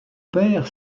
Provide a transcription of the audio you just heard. père